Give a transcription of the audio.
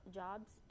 jobs